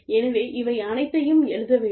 எனவே இவை அனைத்தையும் எழுத வேண்டும்